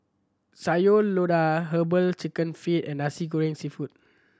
Sayur Lodeh Herbal Chicken Feet and Nasi Goreng Seafood